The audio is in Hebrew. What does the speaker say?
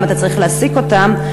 גם צריך להעסיק אותם.